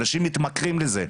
אנשים מתמכרים לזה,